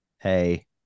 hey